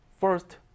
first